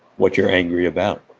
what you're angry about.